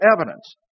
evidence